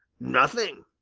nothing,